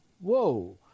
whoa